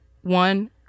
one